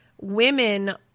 women